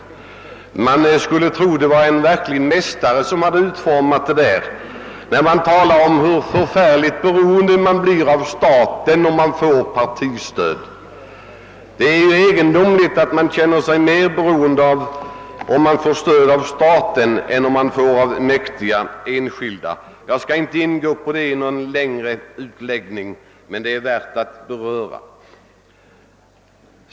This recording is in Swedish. Man skulle kunna tro att en verklig mästare hade utformat detta om hur förfärligt beroende partierna blir av staten när de får statsstöd. Det är egendomligt att man känner sig mer beroende om man får stöd av staten än om man får stöd av mäktiga enskilda. Jag skall inte gå in på en längre utläggning om detta, men det är värt att nämna.